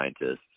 scientists